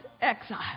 exile